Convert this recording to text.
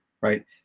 right